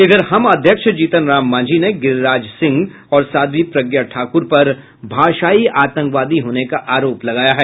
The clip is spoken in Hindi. इधर हम अध्यक्ष जीतनराम मांझी ने गिरिराज सिंह और साध्वी प्रज्ञा ठाकुर पर भाषाई आतंकवादी होने का आरोप लगाया है